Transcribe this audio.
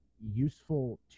useful